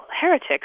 heretics